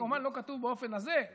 זה כמובן לא כתוב באופן הזה.